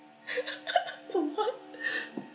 on what